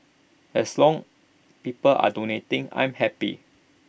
as long people are donating I'm happy